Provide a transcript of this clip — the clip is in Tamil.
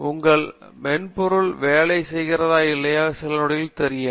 உங்கள் மென்பொருள் வேலை செய்கிறதா இல்லையோ சில நொடிகளில் தெரியும்